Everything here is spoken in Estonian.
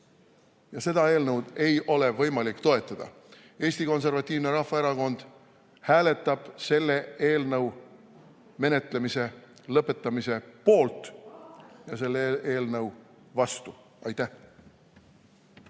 Ja seda eelnõu ei ole võimalik toetada. Eesti Konservatiivne Rahvaerakond hääletab selle eelnõu menetlemise lõpetamise poolt ja selle eelnõu vastu. Aitäh!